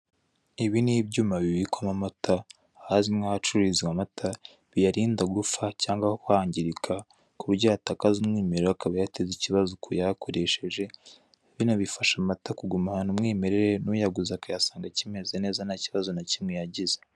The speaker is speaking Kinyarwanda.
Ibi ni ibyuma bibikwamo amata, ahazwi nk'ahacururizwa amata, biyarinda gupfa cyangwa kwangirika, ku buryo yatakaza umwimerere akaba yateza ikibazo ku wayakoresheje, bino bifasha amata kugumana umwimerere, n'uyaguze akayasanga akimeze neza, nta kibazo na kimwe yagize.